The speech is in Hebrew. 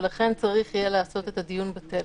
ולכן צריך יהיה לעשות את הדיון בטלפון.